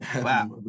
Wow